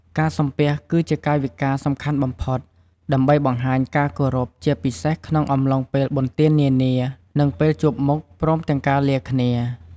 ការសំពះ គឺជាកាយវិការសំខាន់បំផុត ដើម្បីបង្ហាញការគោរពជាពិសេសក្នុងអំឡុងពេលបុណ្យទាននានានិងពេលជួបមុខព្រមទាំងការលាគ្នា។